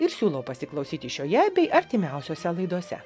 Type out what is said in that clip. ir siūlau pasiklausyti šioje bei artimiausiose laidose